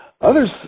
Others